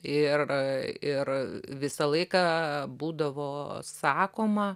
ir ir visą laiką būdavo sakoma